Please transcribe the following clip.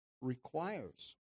requires